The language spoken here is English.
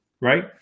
Right